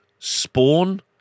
Spawn